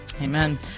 Amen